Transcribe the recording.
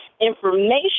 information